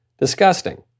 Disgusting